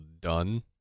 done